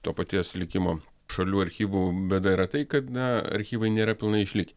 to paties likimo šalių archyvų bėda yra tai kad na archyvai nėra pilnai išlik